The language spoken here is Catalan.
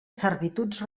servituds